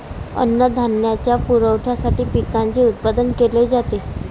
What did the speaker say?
अन्नधान्याच्या पुरवठ्यासाठी पिकांचे उत्पादन केले जाते